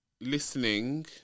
listening